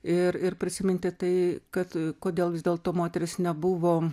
ir ir prisiminti tai kad kodėl vis dėlto moterys nebuvo